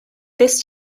this